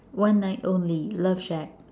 one night only love shack